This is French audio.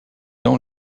ans